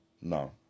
no